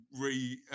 re